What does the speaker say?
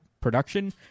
production